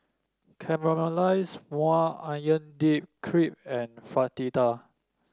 Caramelized Maui Onion Dip Crepe and Fritada